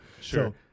Sure